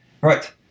Right